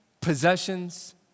possessions